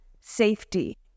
safety